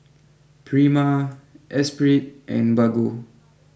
Prima Esprit and Bargo